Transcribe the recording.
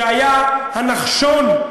שהיה הנחשון,